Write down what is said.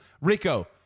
Rico